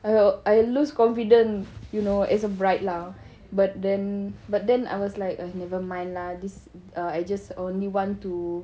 I know I lose confidence you know as a bride lah but then but then I was like ah never mind lah this uh I just only one two